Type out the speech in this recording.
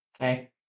Okay